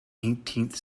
eighteenth